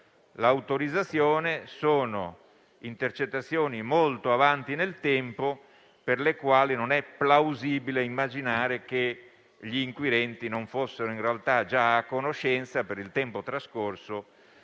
l'autorizzazione sono molto avanti nel tempo, per cui non è plausibile immaginare che gli inquirenti non fossero in realtà già a conoscenza, per il tempo trascorso,